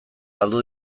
galdu